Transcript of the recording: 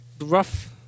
rough